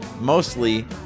mostly